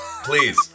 Please